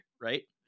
right